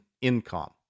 income